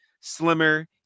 slimmer